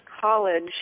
college